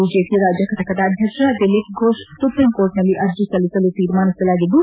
BJP ರಾಜ್ಯ ಘಟಕದ ಅಧ್ಯಕ್ಷ ದಿಲೀಪ್ ಫೋಷ್ ಸುಪ್ರೀಂಕೋರ್ಟ್ ನಲ್ಲಿ ಅರ್ಜಿ ಸಲ್ಲಿಸಲು ತೀರ್ಮಾನಿಸಲಾಗಿದ್ದು